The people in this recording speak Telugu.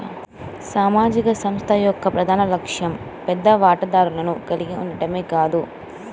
సామాజిక సంస్థ యొక్క ప్రధాన లక్ష్యం పెద్ద వాటాదారులను కలిగి ఉండటమే కాదు